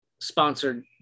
sponsored